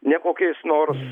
ne kokiais nors